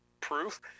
proof